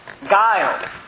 Guile